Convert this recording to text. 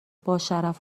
باشرف